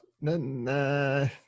no